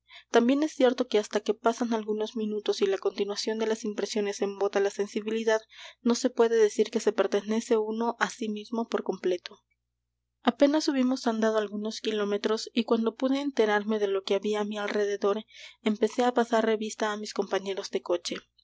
también es cierto que hasta que pasan algunos minutos y la continuación de las impresiones embota la sensibilidad no se puede decir que se pertenece uno á sí mismo por completo apenas hubimos andado algunos kilómetros y cuando pude enterarme de lo que había á mi alrededor empecé á pasar revista á mis compañeros de coche